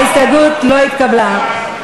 ההסתייגות (165) של קבוצת סיעת בל"ד לסעיף 59(2) לא נתקבלה.